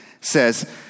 says